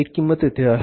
एक किंमत येथे आहे